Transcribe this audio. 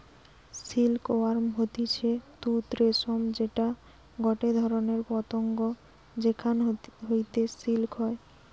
silk worm হতিছে তুত রেশম যেটা গটে ধরণের পতঙ্গ যেখান হইতে সিল্ক হয়